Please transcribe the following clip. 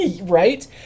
Right